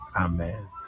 amen